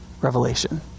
revelation